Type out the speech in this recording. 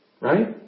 Right